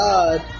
God